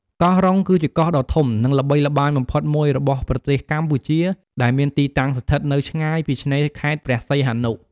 កោះរ៉ុង គឺជាកោះដ៏ធំ និងល្បីល្បាញបំផុតមួយរបស់ប្រទេសកម្ពុជា ដែលមានទីតាំងស្ថិតនៅឆ្ងាយពីឆ្នេរខេត្តព្រះសីហនុ។